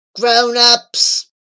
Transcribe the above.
Grown-ups